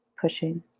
pushing